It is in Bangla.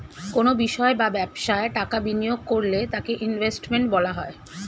কোনো বিষয় বা ব্যবসায় টাকা বিনিয়োগ করলে তাকে ইনভেস্টমেন্ট বলা হয়